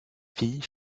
fille